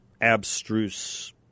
abstruse